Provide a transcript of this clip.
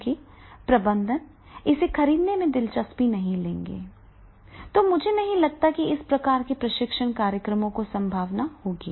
क्योंकि प्रबंधन इसे खरीदने में दिलचस्पी नहीं रखता है तो मुझे नहीं लगता कि इस प्रकार के प्रशिक्षण कार्यक्रमों की संभावना होगी